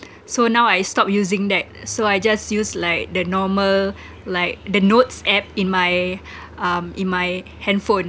so now I stopped using that so I just use like the normal like the notes app in my um in my handphone